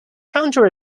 counter